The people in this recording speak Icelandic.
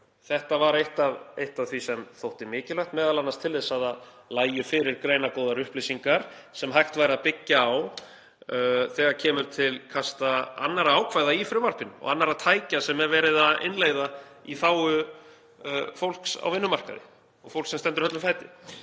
Þetta var eitt af því sem þótti mikilvægt, m.a. til þess að fyrir lægju greinargóðar upplýsingar sem hægt væri að byggja á þegar kemur til kasta annarra ákvæða í frumvarpinu og annarra tækja sem er verið að innleiða í þágu fólks á vinnumarkaði og fólks sem stendur höllum fæti.